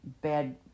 bad